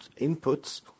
inputs